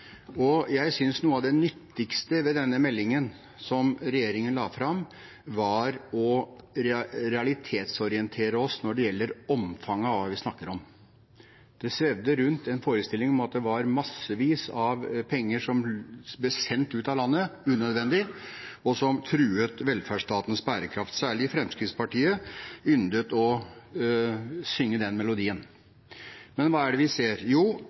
Jeg synes noe av det nyttigste ved den meldingen som regjeringen la fram, var å realitetsorientere oss når det gjelder omfanget av hva vi snakker om. Det svevde rundt en forestilling om at det var massevis av penger som ble sendt ut av landet unødvendig, og som truet velferdsstatens bærekraft. Særlig Fremskrittspartiet yndet å synge den melodien. Men hva er det vi ser? Jo,